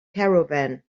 caravan